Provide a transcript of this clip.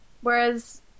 Whereas